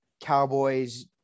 Cowboys